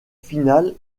final